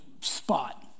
spot